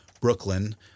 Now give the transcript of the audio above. Brooklyn